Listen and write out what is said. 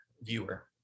viewer